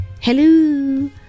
Hello